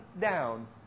down